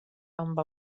amb